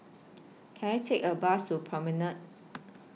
Can I Take A Bus to Promenade